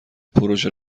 پروژه